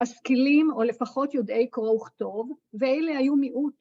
‫אסכילים או לפחות יודעי קרוא וכתוב, ‫ואלה היו מיעוט.